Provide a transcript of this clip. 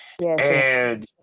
Yes